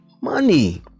money